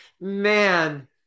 Man